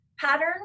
pattern